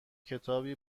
کتابی